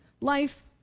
Life